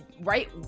right